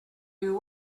you